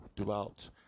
throughout